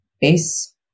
base